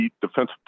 defensive